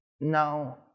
now